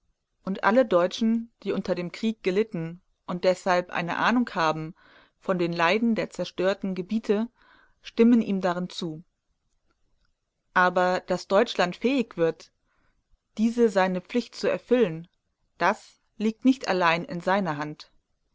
und alle deutschen die unter dem krieg gelitten und deshalb eine ahnung haben von den leiden der zerstörten gebiete stimmen ihm darin zu aber daß deutschland fähig wird diese seine pflicht zu erfüllen das liegt nicht allein in seiner hand